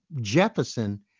Jefferson